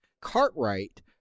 Cartwright